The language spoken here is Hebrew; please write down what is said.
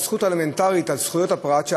הזכות האלמנטרית של זכויות הפרט,